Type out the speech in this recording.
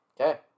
Okay